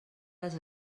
les